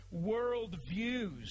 worldviews